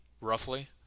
roughly